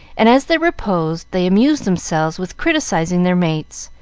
and, as they reposed, they amused themselves with criticising their mates,